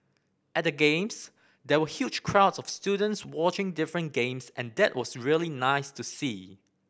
at the Games there were huge crowds of students watching different games and that was really nice to see